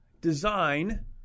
design